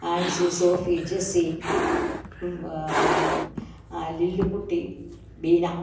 Ancy Sophie Jessy Lillikutty Beena